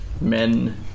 men